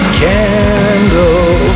candle